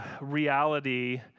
reality